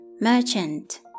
merchant